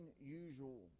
unusual